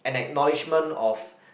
an acknowledgement of